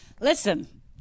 Listen